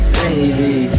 baby